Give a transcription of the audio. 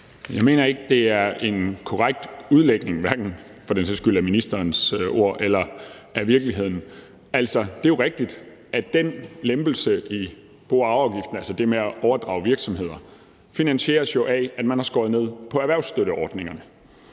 Jeg mener ikke, det er en korrekt udlægning af hverken – for den sags skyld – ministerens ord eller virkeligheden. Altså, det er jo rigtigt, at den lempelse i bo- og arveafgiften, altså det med at overdrage virksomheder, finansieres af, at man har skåret ned på erhvervsstøtteordningerne.